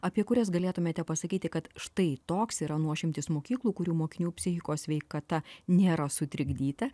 apie kurias galėtumėte pasakyti kad štai toks yra nuošimtis mokyklų kurių mokinių psichikos sveikata nėra sutrikdyta